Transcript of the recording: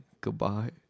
goodbye